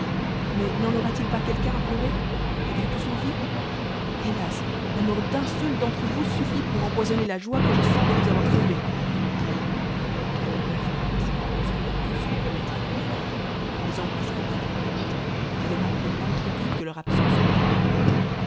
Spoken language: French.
mais n'en aura-t-il pas quelqu'un à pleurer etes-vous tous en vie hélas la mort d'un seul d'entre vous suffit pour empoisonner la joie que je sens de vous avoir sauvés a les quarante-neuf princes se firent tous reconnattre à codadad qui les embrassa l'un après l'autre et leur apprit l'inquiétude que leur absence causait au roi